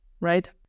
Right